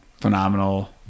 phenomenal